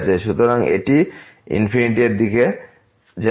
সুতরাং এটি ইনফিনিটি এর দিকে এগিয়ে যাবে